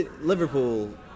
Liverpool